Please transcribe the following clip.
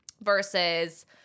versus